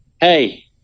hey